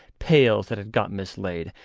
pails that had got mislaid,